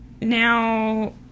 Now